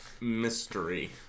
Mystery